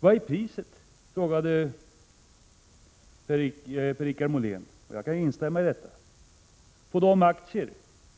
Vad är priset, frågade Per-Richard Molén, och jag kan instämma i den frågan, på de aktier